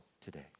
today